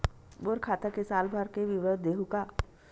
मोर खाता के साल भर के विवरण देहू का?